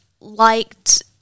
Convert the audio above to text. liked